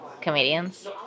comedians